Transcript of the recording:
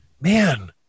man